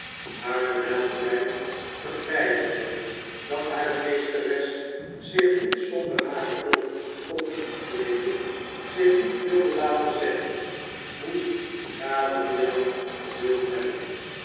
maar dewijl de meid begrijpende dat hare meesteres zich niet zonder hare hulp kon ontkleeden zich niet wilde laten gezeggen moest gabriel geduld hebben